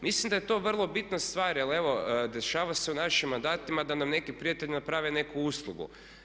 Mislim da je to vrlo bitna stvar jer evo dešava se u našim mandatima da nam neki prijatelji naprave neku uslugu.